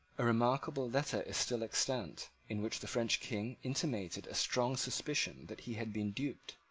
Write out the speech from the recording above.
a remarkable letter is still extant, in which the french king intimated a strong suspicion that he had been duped,